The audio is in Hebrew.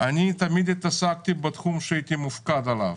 אני תמיד התעסקתי בתחום שהייתי מופקד עליו.